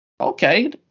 Okay